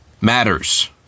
matters